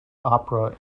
opera